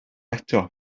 eto